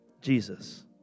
Jesus